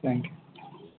thank you